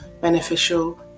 beneficial